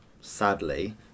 sadly